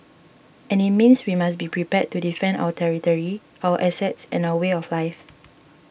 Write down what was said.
and it means we must be prepared to defend our territory our assets and our way of life